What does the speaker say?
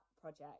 project